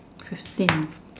fifteen